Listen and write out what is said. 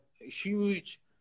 huge